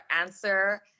answer